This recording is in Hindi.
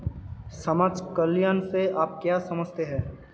समाज कल्याण से आप क्या समझते हैं?